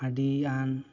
ᱟᱹᱰᱤ ᱜᱟᱱ